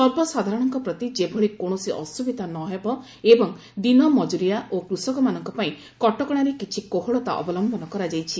ସର୍ବସାଧାରଣଙ୍କ ପ୍ରତି ଯେଭଳି କୌଣସି ଅସୁବିଧା ନ ହେବ ଏବଂ ଦିନ ମଜୁରିଆ ଓ କୃଷକମାନଙ୍କପାଇଁ କଟକଶାରେ କିଛି କୋହଳତା ଅବଲମ୍ଘନ କରାଯାଇଛି